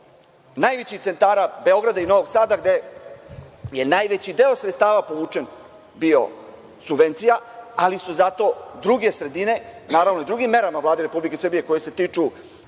najvećih centara Beograda i Novog Sada, gde je najveći deo sredstava bio povučen, subvencija, ali su zato druge sredine, naravno, i drugim merama Vlade Republike Srbije, koje se tiču